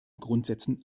grundsätzen